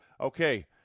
okay